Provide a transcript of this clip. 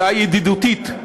הצעה ידידותית,